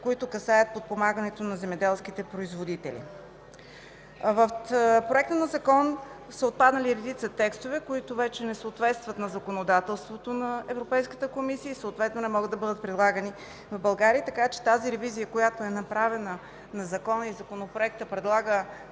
които касаят подпомагането на земеделските производители. В Проекта на закона са отпаднали редица текстове, които вече не съответстват на законодателството на Европейската комисия и съответно не могат да бъдат прилагани в България. Така че тази ревизия, която е направена на закона, и законопроектът предлага